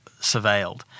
surveilled